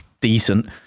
decent